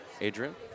Adrian